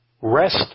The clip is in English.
Rest